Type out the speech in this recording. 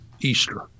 easter